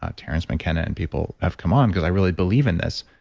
ah terence mckenna and people have come on because i really believe in this.